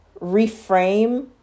reframe